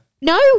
no